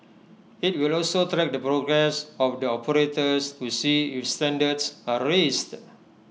IT will also track the progress of the operators to see if standards are raised